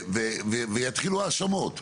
ויתחילו האשמות.